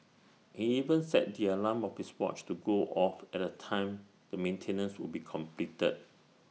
he even set the alarm of his watch to go off at the time the maintenance would be completed